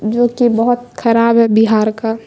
جو کہ بہت خراب ہے بہار کا